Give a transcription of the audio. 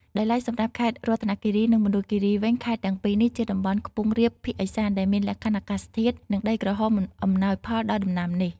ដោយឡែកសម្រាប់ខេត្តរតនគិរី និងមណ្ឌលគិរីវិញ ខេត្តទាំងពីរនេះជាតំបន់ខ្ពង់រាបភាគឦសាន ដែលមានលក្ខខណ្ឌអាកាសធាតុ និងដីក្រហមអំណោយផលដល់ដំណាំនេះ។